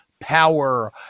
power